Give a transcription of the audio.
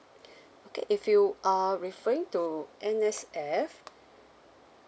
okay if you are referring to N_S_F